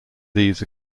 these